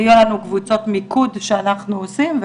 יהיו לנו קבוצות מיקוד שאנחנו עושים,